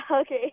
Okay